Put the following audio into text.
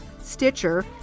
Stitcher